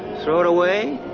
throw it away?